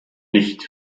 nicht